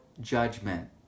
judgment